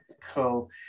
Cool